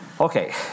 Okay